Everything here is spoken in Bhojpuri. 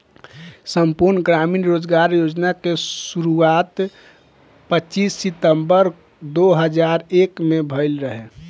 संपूर्ण ग्रामीण रोजगार योजना के शुरुआत पच्चीस सितंबर दो हज़ार एक में भइल रहे